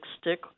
stick